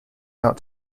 out